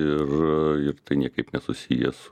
ir juk tai niekaip nesusijęs